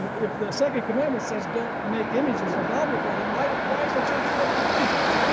if the second commandment says don't make images or bow before them why do why is the church filled with images.